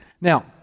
Now